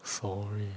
sorry